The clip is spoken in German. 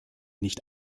nicht